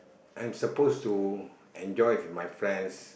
I'm supposed to enjoy with my friends